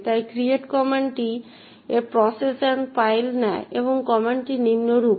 তাই এই create কমান্ডটি একটি প্রসেস এন্ড ফাইল নেয় এবং কমান্ডটি নিম্নরূপ